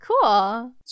Cool